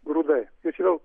grūdai tai čia vėl